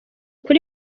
kuri